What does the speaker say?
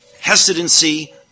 hesitancy